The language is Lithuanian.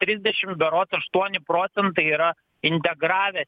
trisdešim berods aštuoni procentai yra integravę